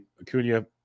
Acuna